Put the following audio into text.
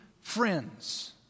friends